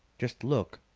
just look!